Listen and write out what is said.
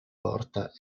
porta